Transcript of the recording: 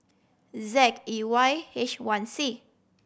Z E Y H one C